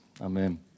Amen